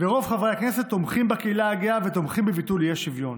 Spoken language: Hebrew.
ורוב חברי הכנסת תומכים בקהילה הגאה ותומכים בביטול האי-שוויון,